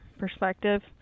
perspective